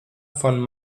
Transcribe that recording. von